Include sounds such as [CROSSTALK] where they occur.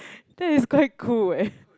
[LAUGHS] that is quite cool eh